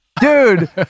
Dude